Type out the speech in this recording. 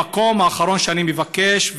המקום האחרון שאני מבקש,